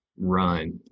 run